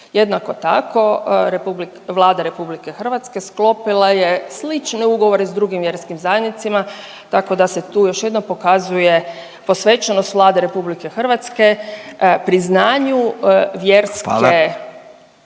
Jednako tako Vlada RH sklopila je slične ugovore s drugim vjerskim zajednicama tako da se tu još jednom pokazuje posvećenost Vlade RH priznanju vjerske